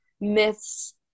myths